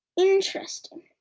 Interesting